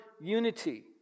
unity